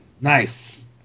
Nice